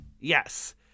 Yes